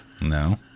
No